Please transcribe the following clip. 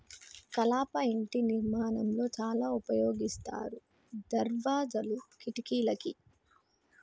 కలప ఇంటి నిర్మాణం లో చాల ఉపయోగిస్తారు దర్వాజాలు, కిటికలకి